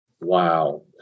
Wow